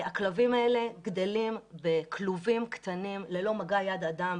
הכלבים האלה גדלים בכלובים קטנים ללא מגע יד אדם,